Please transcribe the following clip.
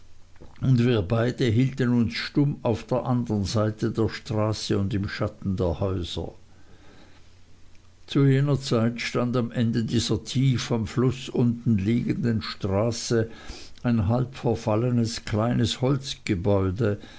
und wir beide hielten uns stumm auf der andern seite der straße und im schatten der häuser zu jener zeit stand am ende dieser tief am fluß unten liegenden straße ein halbverfallenes kleines holzgebäude